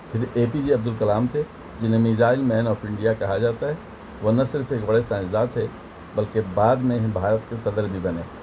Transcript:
پھر A P J Abdul Kalam تھے جنہیں میزائل مین آف انڈیا کہا جاتا ہے وہ نہ صرف ایک بڑے سائنسداں تھے بلکہ بعد میں یہیں بھارت کے صدر بھی بنے